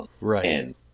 Right